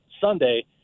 Sunday